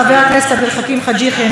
חבר הכנסת עבד אל חכים חאג' יחיא,